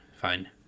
fine